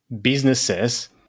businesses